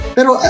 Pero